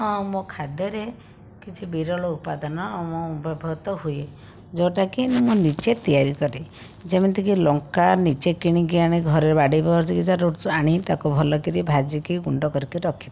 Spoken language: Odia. ହଁ ମୋ ଖାଦ୍ୟରେ କିଛି ବିରଳ ଉପାଦାନ ମୁଁ ବ୍ୟବହୃତ ହୁଏ ଯେଉଁଟା କି ମୁଁ ନିଜେ ତିଆରି କରେ ଯେମିତି କି ଲଙ୍କା ନିଜେ କିଣିକି ଆଣି ଘରେ ବାଡ଼ି ବଗିଚାରୁ ଆଣି ତାକୁ ଭଲ କରି ଭାଜିକି ଗୁଣ୍ଡ କରିକି ରଖିଥାଏ